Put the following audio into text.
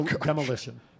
demolition